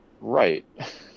right